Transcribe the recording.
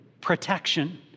protection